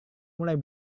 mulai